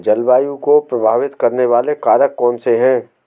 जलवायु को प्रभावित करने वाले कारक कौनसे हैं?